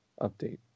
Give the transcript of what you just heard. update